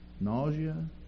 nausea